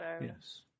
Yes